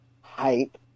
hype